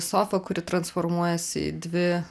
sofą kuri transformuojasi į dvi